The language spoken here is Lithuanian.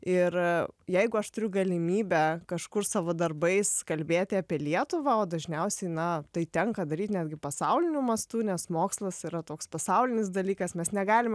ir jeigu aš turiu galimybę kažkur savo darbais kalbėti apie lietuvą o dažniausiai na tai tenka daryt netgi pasauliniu mastu nes mokslas yra toks pasaulinis dalykas mes negalim